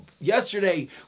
yesterday